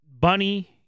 Bunny